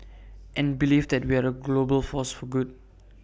and believe that we are A global force for good